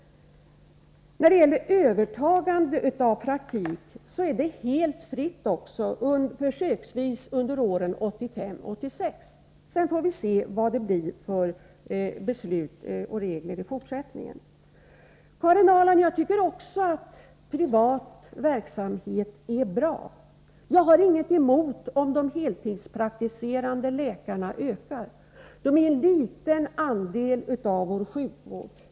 Beträffande övertagande av praktik råder, på försök, full frihet under åren 1985 och 1986. Sedan får vi avvakta nya beslut och regler. Även jag anser att privat verksamhet är bra. Jag har inget emot att antalet heltidspraktikserande läkare ökar. Dessa läkare utgör en liten andel av vår sjukvård.